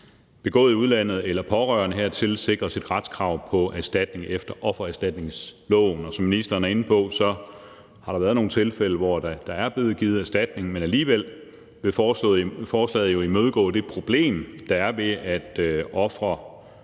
begået i udlandet, eller pårørende hertil, sikres et retskrav på erstatning efter offererstatningsloven. Som ministeren var inde på, har der været nogle tilfælde, hvor der er blevet givet erstatning, men alligevel vil forslaget jo imødegå det problem, der er i, at ofre for tragiske